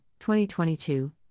2022